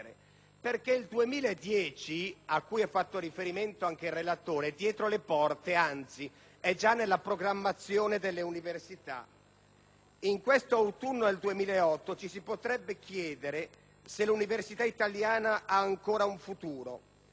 perché il 2010, cui ha fatto riferimento anche il relatore, è dietro le porte, anzi, è già nella programmazione delle università. In questo autunno 2008 ci si potrebbe chiedere se l'università italiana ha anche un futuro.